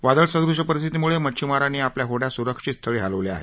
वादळसदूश परिस्थितीमुळे मच्छीमारानी आपल्या होड्या सुरक्षित स्थळी हलवल्या आहेत